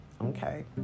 Okay